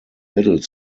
middle